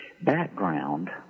background